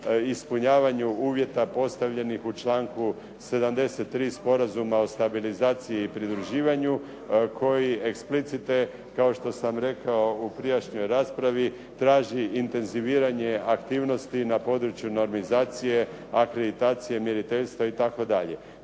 ispunjavanju uvjeta postavljenih u članku 73. Sporazuma o stabilizaciji i privređivanju koji eksplicite kao što sam rekao u prijašnjoj raspravi traži intenziviranje aktivnosti na području normizacije, akreditacije i mjeriteljstva itd.